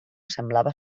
semblava